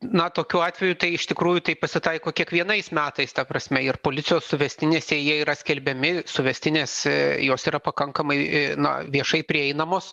na tokiu atveju tai iš tikrųjų taip pasitaiko kiekvienais metais ta prasme ir policijos suvestinėse jie yra skelbiami suvestinės jos yra pakankamai na viešai prieinamos